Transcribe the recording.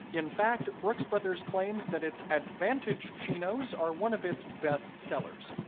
in fact, brooks brothers claims that its advantage chinos are one of its best sellers.